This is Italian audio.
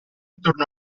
torno